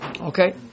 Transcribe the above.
Okay